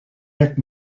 nick